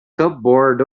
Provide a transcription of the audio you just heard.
cupboard